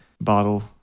bottle